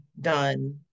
done